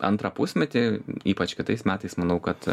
antrą pusmetį ypač kitais metais manau kad